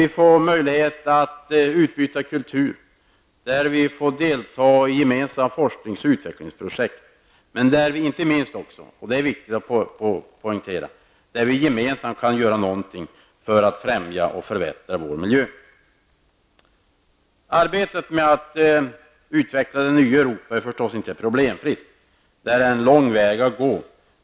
Vi får där möjlighet till kulturellt utbyte, vi får delta i gemensamma forsknings och utvecklingsprojekt och vi kan -- det är inte minst viktigt att poängtera -- gemensamt göra någonting för att främja och förbättra vår miljö. Arbetet med att utveckla det nya Europa är givetvis inte problemfritt. Det är en lång väg att gå.